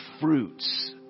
fruits